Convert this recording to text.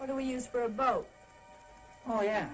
what do we use for about oh yeah